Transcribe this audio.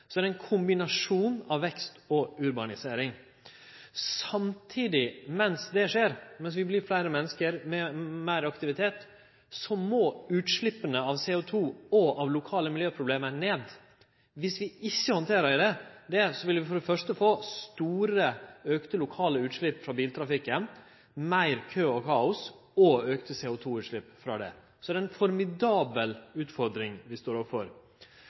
Så er det ein kombinasjon av vekst og urbanisering. Samtidig – mens vi vert fleire menneske med meir aktivitet – må utsleppa av CO2 og lokale miljøproblem ned. Dersom vi ikkje handterer det, vil vi få store, auka lokale utslepp frå biltrafikken, meir kø og kaos og auka CO2-utslepp på grunn av det. Så det er ei formidabel utfordring vi står